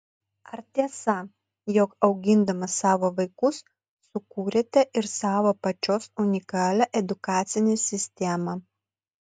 ar tiesa jog augindama savo vaikus sukūrėte ir savo pačios unikalią edukacinę sistemą